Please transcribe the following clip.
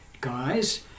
guys